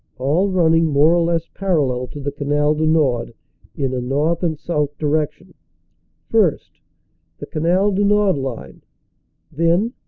all running more or less parallel to the canal du nord in a north and south direction first the canal du nord line then,